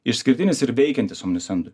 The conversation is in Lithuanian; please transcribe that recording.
išskirtinis ir veikiantis omnisendui